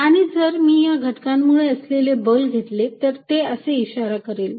आणि जर मी या घटकामुळे असलेले बल घेतले तर ते असे इशारा करेल